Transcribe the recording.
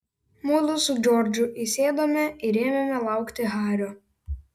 mudu su džordžu įsėdome ir ėmėme laukti hario